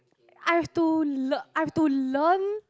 I have to le~ I have to learn